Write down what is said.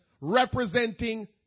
representing